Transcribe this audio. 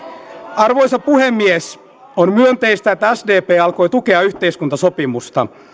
arvoisa puhemies on myönteistä että sdp alkoi tukea yhteiskuntasopimusta